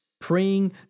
praying